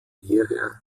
hierher